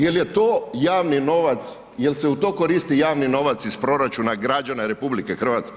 Jel je to javni novac, jel se u to koristi javni novac iz proračuna građana RH?